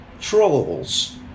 trolls